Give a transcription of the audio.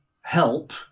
help